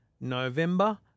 November